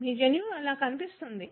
మీ జన్యువు ఇలా కనిపిస్తుంది